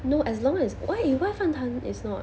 no as long as why eh why 饭团 is not